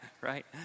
right